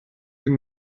vint